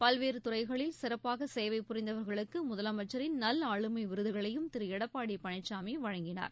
பல்வேறு துறைகளில் சிறப்பாக சேவை புரிந்தவர்களுக்கு முதலமைச்சரின் நல் ஆளுமை விருதுகளையும் திரு எடப்பாடி பழனிசாமி வழங்கினார்